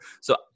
So-